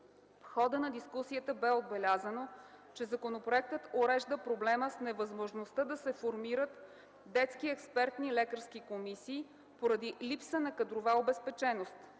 хода на дискусията бе отбелязано, че законопроектът урежда проблема с невъзможността да се сформират детски експертни лекарски комисии, поради липсата на кадрова обезпеченост.